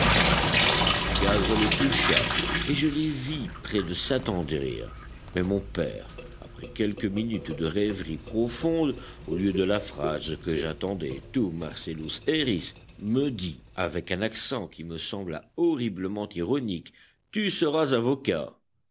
la beauté du cadre les toucha et je les vis près de s'attendrir mais mon père après quelques minutes de rêverie profonde au lieu de la phrase que j'attendais tu marcellus eris me dit avec un accent qui me sembla horriblement ironique tu seras avocat